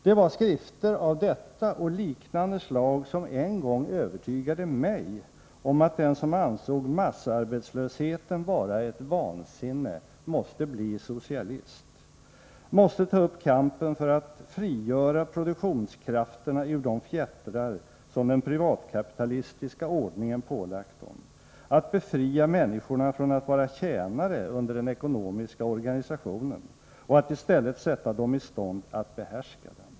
Det var skrifter av detta och liknande slag som en gång övertygade mig om att den som ansåg massarbetslösheten vara ett vansinne måste bli socialist, måste ta upp kampen för ”att frigöra produktionskrafterna ur de fjättrar, som den privatkapitalistiska ordningen pålagt dem, att befria människorna från att vara tjänare under den ekonomiska organisationen och att i stället sätta dem i stånd att behärska den”.